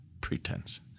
pretense